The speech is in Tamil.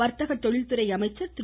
வர்த்தக தொழில்துறை அமைச்சர் திரு